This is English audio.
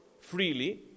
freely